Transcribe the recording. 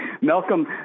Malcolm